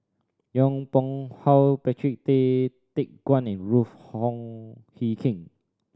Yong Pung How Patrick Tay Teck Guan and Ruth Wong Hie King